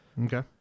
Okay